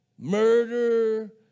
Murder